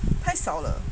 太少了